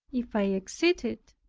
if i exceeded,